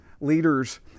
leaders